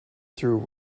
through